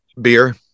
beer